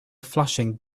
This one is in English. flashing